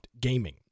gaming